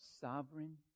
sovereign